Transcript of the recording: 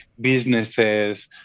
businesses